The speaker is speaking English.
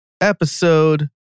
episode